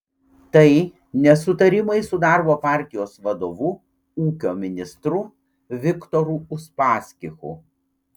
tai nesutarimai su darbo partijos vadovu ūkio ministru viktoru uspaskichu